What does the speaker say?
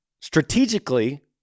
Strategically